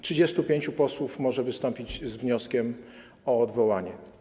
35 posłów może wystąpić z wnioskiem o odwołanie.